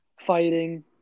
fighting